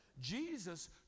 Jesus